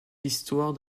histoire